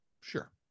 sure